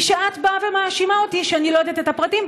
היא שאת באה ומאשימה אותי שאני לא יודעת את הפרטים,